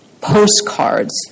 postcards